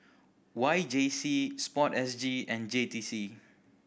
Y J C Sport S G and J T C